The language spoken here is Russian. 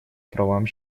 правам